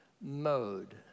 mode